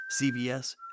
CVS